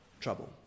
trouble